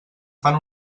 fan